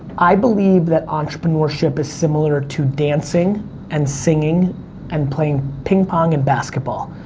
i believe that entrepreneurship is similar to dancing and singing and playing ping pong and basketball.